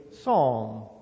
psalm